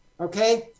Okay